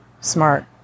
smart